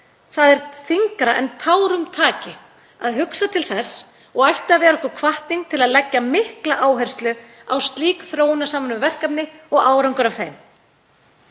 Það er þyngra en tárum taki að hugsa til þess og ætti að vera okkur hvatning til að leggja mikla áherslu á slík þróunarsamvinnuverkefni og árangur af þeim.